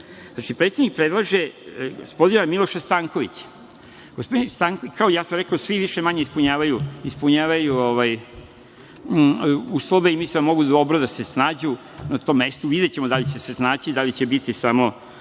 Znači, predsednik predlaže gospodina Miloša Stankovića. Rekao sam da svi manje ili više ispunjavaju uslove, i mislim da mogu dobro da se snađu na tom mestu, videćemo da li će se snaći, da li će biti samo